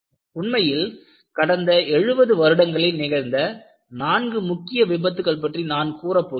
உண்மையில் கடந்த 70 வருடங்களில் நிகழ்ந்த 4 முக்கிய விபத்துக்கள் பற்றி நான் கூற போகிறேன்